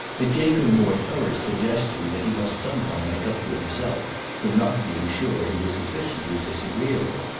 it gave him more through suggesting that he must somehow make up to himself for not being sure he was sufficiently disagreeable.